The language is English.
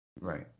Right